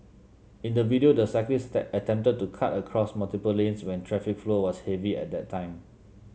in the video the cyclist attempted to cut across multiple lanes when traffic flow was heavy at that time